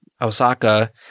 Osaka